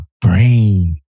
brain